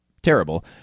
Terrible